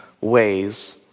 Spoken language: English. ways